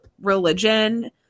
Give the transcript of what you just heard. religion